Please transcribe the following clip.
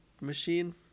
machine